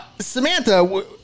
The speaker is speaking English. Samantha